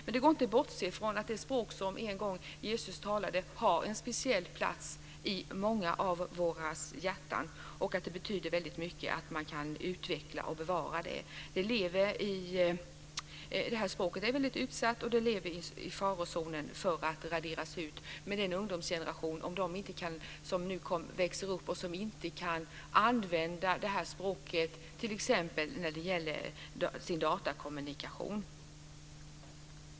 Men det går inte att bortse från att det språk som en gång Jesus talade har en speciell plats i många av våra hjärtan och att det betyder väldigt mycket att man kan utveckla och bevara det. Det här språket är väldigt utsatt och är i farozonen för att raderas ut om den ungdomsgeneration som nu växer upp inte kan använda språket i t.ex. sin datakommunikation.